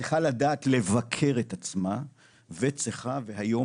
צריכה לדעת לבקר את עצמה וצריכה והיום